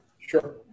sure